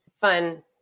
fun